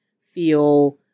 feel